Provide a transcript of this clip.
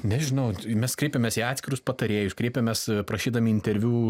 nežinau mes kreipėmės į atskirus patarėjus kreipėmės prašydami interviu